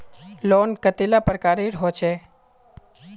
Loan कतेला प्रकारेर होचे?